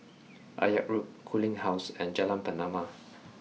Akyab Road Cooling Close and Jalan Pernama